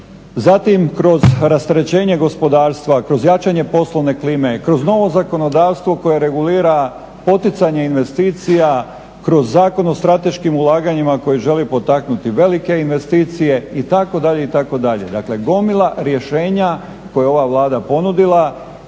Zatim kroz rasterećenje gospodarstva, kroz jačanje poslovne klime, kroz novo zakonodavstvo koje regulira poticanje investicija kroz Zakon o strateškim ulaganjima koji želi potaknuti velike investicije itd. itd. Dakle, gomila rješenja koje je ova Vlada ponudila